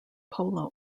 polo